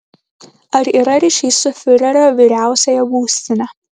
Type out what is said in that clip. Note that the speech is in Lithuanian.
ar yra ryšys su fiurerio vyriausiąja būstine